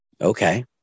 okay